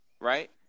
right